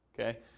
okay